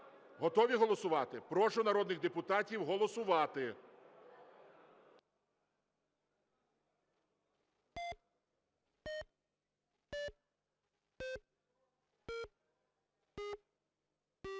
готові голосувати? Прошу народних депутатів голосувати.